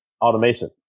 automation